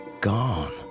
gone